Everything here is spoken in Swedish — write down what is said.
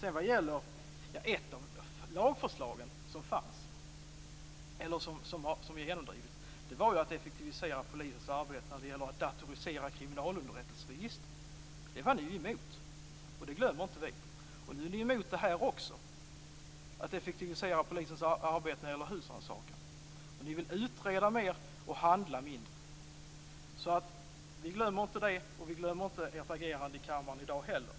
Ett av lagförslagen som vi har genomdrivit var att effektivisera polisens arbete genom att datorisera kriminalunderrättelseregister. Det var ni emot, och det glömmer inte vi. Nu är ni emot att effektivisera polisens arbete när det gäller husrannsakan. Ni vill utreda mer och handla mindre. Vi glömmer inte det, och vi glömmer inte heller ert agerande i dag i kammaren.